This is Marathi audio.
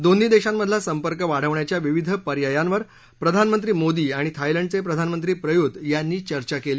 दोन्ही देशांमधला संपर्क वाढवण्याच्या विविध पर्यायांवर प्रधानमंत्री मोदी आणि थायलंडचे प्रधानमंत्री प्रयुत यांनी चर्चा केली